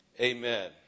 Amen